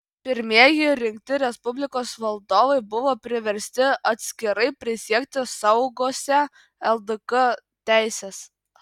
pirmieji rinkti respublikos valdovai buvo priversti atskirai prisiekti saugosią ldk teises